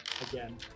again